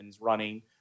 running